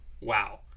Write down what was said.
Wow